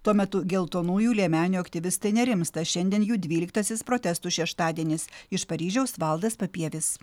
tuo metu geltonųjų liemenių aktyvistai nerimsta šiandien jų dvyliktasis protestų šeštadienis iš paryžiaus valdas papievis